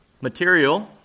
material